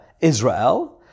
Israel